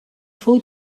fou